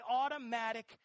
automatic